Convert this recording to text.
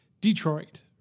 Detroit